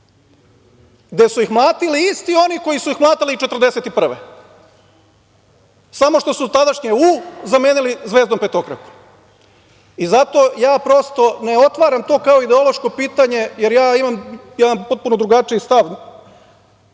gde su ih mlatili isti oni koji su ih mlatili i 1941. godine, samo što su tadašnje „U“ zamenili zvezdom petokrakom. Zato ja prosto ne otvaram to kao ideološko pitanje, jer ja imam jedan potpuno drugačiji stav.